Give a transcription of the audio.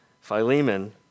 Philemon